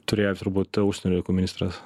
turėjo turbūt užsienio reikalų ministras